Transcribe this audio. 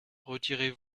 retirez